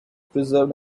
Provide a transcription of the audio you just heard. preserved